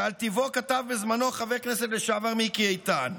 שעל טיבו כתב בזמנו חבר כנסת מיקי איתן.